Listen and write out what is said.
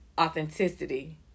authenticity